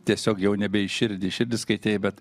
tiesiog jau nebe į širdį širdis kietėja bet